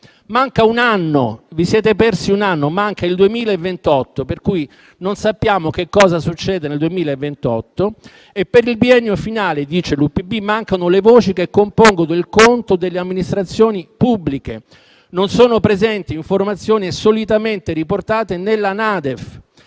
Manca un anno, vi siete persi un anno. Manca il 2028, per cui non sappiamo che cosa succede nel 2028. E per il biennio finale, dice l'UPB, mancano le voci che compongono il conto delle amministrazioni pubbliche. Non sono presenti informazioni solitamente riportate nella NADEF.